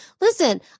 Listen